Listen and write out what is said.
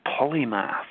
polymath